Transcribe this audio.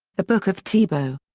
the book of tebow.